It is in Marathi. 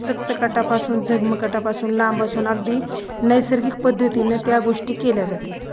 चकचकाटापासून झगमगाटापासून लांबपासून अगदी नैसर्गिक पद्धतीने त्या गोष्टी केल्या जातील